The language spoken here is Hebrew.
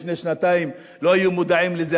שלפני שנתיים לא היו מודעים לזה.